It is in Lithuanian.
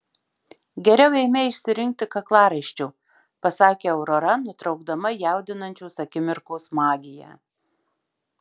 geriau eime išsirinkti kaklaraiščio pasakė aurora nutraukdama jaudinančios akimirkos magiją